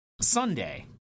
Sunday